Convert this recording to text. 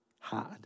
hard